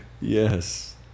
Yes